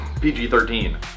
PG-13